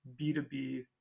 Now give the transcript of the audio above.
b2b